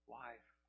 life